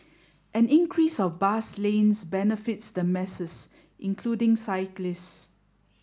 an increase of bus lanes benefits the masses including cyclists